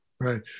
Right